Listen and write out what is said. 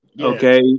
okay